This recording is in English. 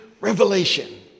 revelation